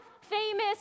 famous